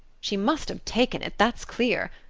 she must have taken it, that's clear,